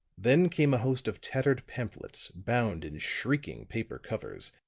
then came a host of tattered pamphlets, bound in shrieking paper covers,